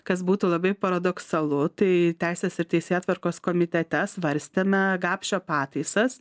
kas būtų labai paradoksalu tai teisės ir teisėtvarkos komitete svarstėme gapšio pataisas